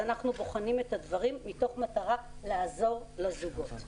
אנחנו בוחנים את הדברים מתוך מטרה לעזור לזוגות.